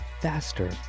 faster